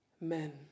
men